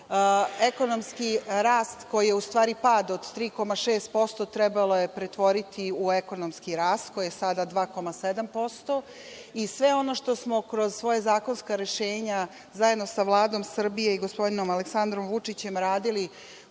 Ekonomski rast, koji je u stvari pad, od 3,6% trebalo je pretvoriti u ekonomski rast, koji je sada 2,7% i sve ono što smo kroz zakonska rešenja zajedno sa Vladom Srbije i gospodinom Aleksandrom Vučićem radili